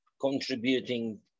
contributing